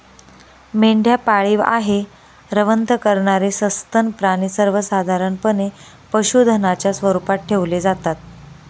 मेंढ्या पाळीव आहे, रवंथ करणारे सस्तन प्राणी सर्वसाधारणपणे पशुधनाच्या स्वरूपात ठेवले जातात